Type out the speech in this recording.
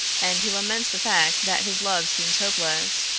and he laments the fact that his love seems hopeless.